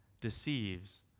deceives